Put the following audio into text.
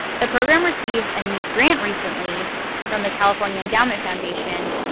the program received a new grant recently from the california endowment foundation,